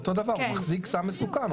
הוא מחזיק סם מסוכן,